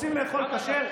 רוצים לאכול כשר,